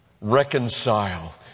Reconcile